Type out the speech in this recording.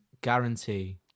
guarantee